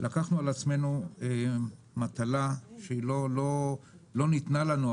לקחנו על עצמנו מטלה שלא ניתנה לנו,